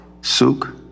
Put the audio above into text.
Suk